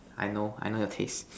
I know I know your taste